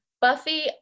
Buffy